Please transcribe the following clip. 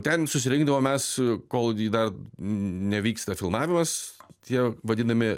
ten susirinkdavom mes kol dar nevyksta filmavimas tie vadinami